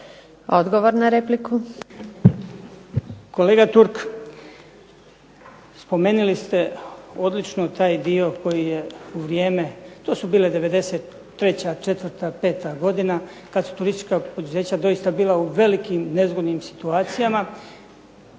Odgovor na repliku.